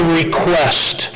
request